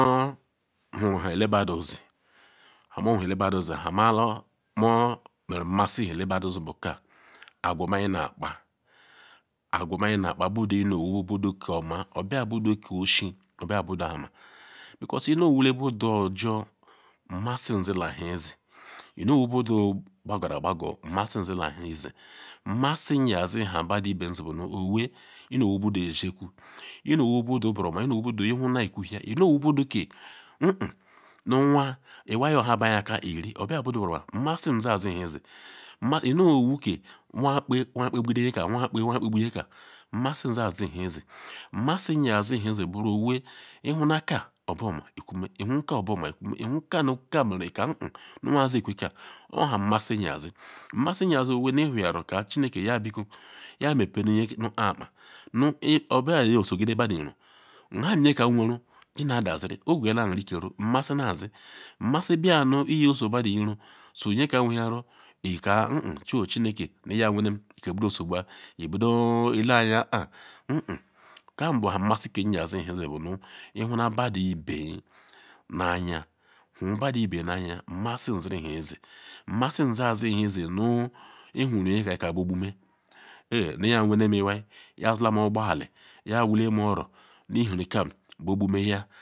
Nhu nhuruhe elebadunzi hamo huru nhe elebadu zi ma lu mowweru nmasi nu ha ele badu di bu ka agwa nakpa agwa oma nakpa budu nu owu budu koma obia budu koshen obula budu ama because nowule budu ojor imasu zila he izi inowu budu gbaqorugbagor masu zila heizi, masi yedi nu ha badu even di bu owee inowu budu eziokwu inowu budu buruoma iwu budu ihuna ikuhia imowu ke hehen nu nwa iwai oha bayi aka iri obia budu buruoma nmasi yezi nu hezi nma inowu ke anwa kpegide nwoka kpegbu nyeka nmasi zazihezi nmasi ya sihezi buru owee ihuka obuoma ikume ihuka nu ka meru si heha anwa si kweka oha nmasi yesi nmasi yeri owee nu whohiaru nu chineke nu yabiko nmepeni nye nukpa akpa bia nye osogide badu iro nha nyeche nweru giniya daziri ogweyala ari-aru nmasi nazi masi bia nu iyo so badu no so nyeka whorhiaru ika choi hehen chineke nu ya wenem igbudo ozogba ileanya kpa hehen. Ka bu nha masi ke yaziri bu nu ihuna madu ibeyi anya ihubedi eveyi nanya nmasiziri hezi nnasi zazi nu hezi nu ihuru nyeka ka be gbume ayi nu jiwa wenem iwai yesulem ogbali ya wulen oro iherikam be gbume ya.